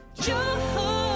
joy